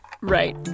Right